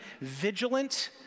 vigilant